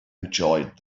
enjoyed